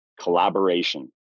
Collaboration